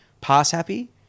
pass-happy